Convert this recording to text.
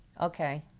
Okay